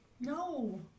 No